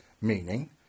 meaning